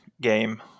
game